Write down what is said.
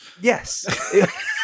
yes